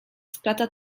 splata